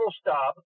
stop